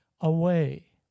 away